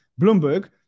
Bloomberg